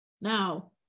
Now